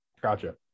Gotcha